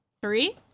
Three